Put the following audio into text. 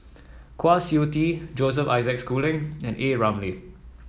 Kwa Siew Tee Joseph Isaac Schooling and A Ramli